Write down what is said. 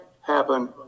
happen